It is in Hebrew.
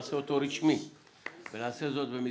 אמנם זה מפגש חגיגי אבל אנחנו נעשה אותו רשמי ונעשה זאת במסגרת